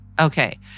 okay